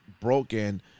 broken